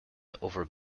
over